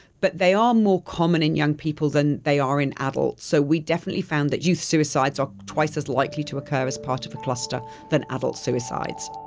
but they are more common in young people than they are in adults, so we definitely found that youth suicides are twice as likely to occur as part of a cluster than adult suicides.